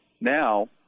now